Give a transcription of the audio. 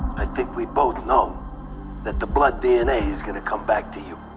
i think we both know that the blood dna's gonna come back to you.